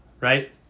right